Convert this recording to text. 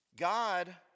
God